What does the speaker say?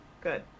Good